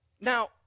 Now